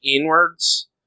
inwards